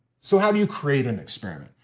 so how do you create an experiment?